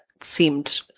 seemed